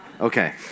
okay